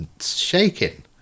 shaking